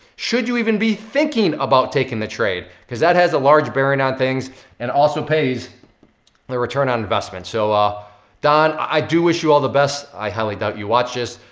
should you even be thinking about taking the trade? cause that has a large bearing on things and also pays the return on investment. so, ah don, i do wish you all the best. i highly doubt you watch this,